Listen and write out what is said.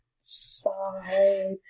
Five